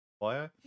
bio